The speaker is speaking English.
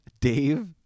Dave